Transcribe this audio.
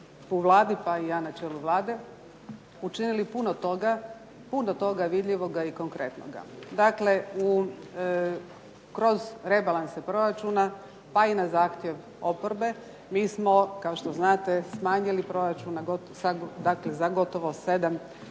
u Vladi pa i ja na čelu Vlade učinili puno toga, puno toga vidljivoga i konkretnoga. Dakle, kroz rebalanse proračuna pa i na zahtjev oporbe mi smo kao što znate smanjili proračun za dakle gotovo sedam